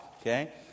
Okay